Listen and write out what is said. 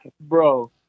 bro